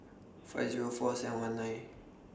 five Zero four seven one nine